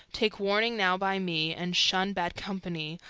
take warning now by me, and shun bad company,